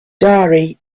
dari